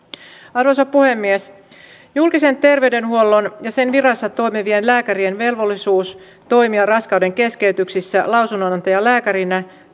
arvoisa puhemies julkisen terveydenhuollon ja sen virassa toimivien lääkärien velvollisuus toimia raskaudenkeskeytyksissä lausunnonantajalääkärinä